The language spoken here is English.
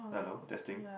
hello testing